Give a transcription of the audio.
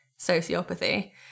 sociopathy